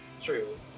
true